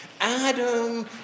Adam